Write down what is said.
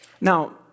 Now